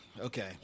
Okay